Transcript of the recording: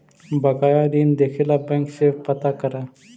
बकाया ऋण देखे ला बैंक से पता करअ